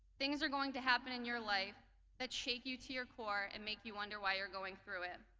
things are going to happen in your life that shake you to your core and make you wonder why you're going through it,